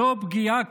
זו פגיעה קשה.